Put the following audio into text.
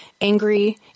angry